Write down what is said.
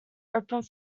opened